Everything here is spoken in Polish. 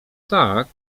tak